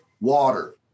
water